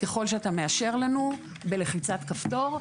ככל שאתה מאשר לנו בלחיצת כפתור,